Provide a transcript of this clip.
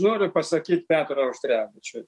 noriu pasakyt petrui auštrevičiui